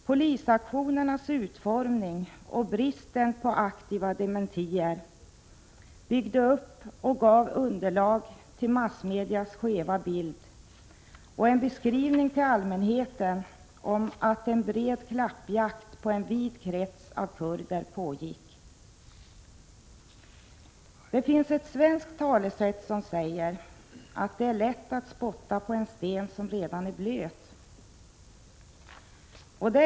Polisaktionernas utformning och bristen på aktiva dementier byggde upp och gav underlag till massmedias skeva bild och till en beskrivning för allmänheten av att en bred klappjakt på en vid krets av kurder pågick. Det finns ett svenskt talesätt, att den sten blir slutligen våt som många spottar på.